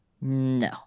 no